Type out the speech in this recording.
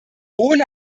ohne